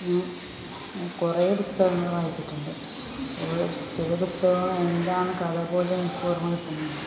ഞാൻ കുറേ പുസ്തകങ്ങൾ വായിച്ചിട്ടുണ്ട് ഓ ചില പുസ്തകങ്ങൾ എന്താണ് കഥ പോലും എനിക്കോർമ്മ കിട്ടുന്നില്ല